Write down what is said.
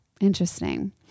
Interesting